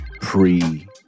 pre